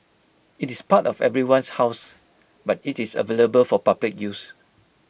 IT is part of everyone's house but IT is available for public use